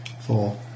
four